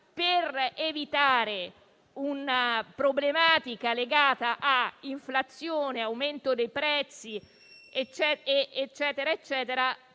per evitare una problematica legata a inflazione, aumento dei prezzi e altro ancora